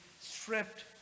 stripped